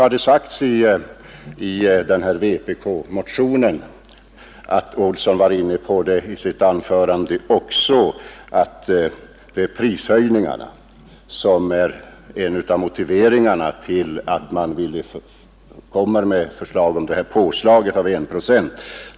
Det har sagts i vpk-motionen — herr Olsson var också inne på det i sitt anförande — att prishöjningarna är en av motiveringarna till att man framlagt förslag om detta påslag om 1 procent.